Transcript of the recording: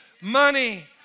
money